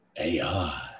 AI